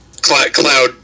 Cloud